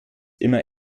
immer